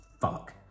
fuck